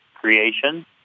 creation